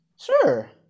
Sure